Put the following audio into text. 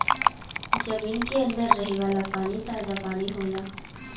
जमीन के अंदर रहे वाला पानी ताजा पानी होला